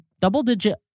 double-digit